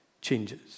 changes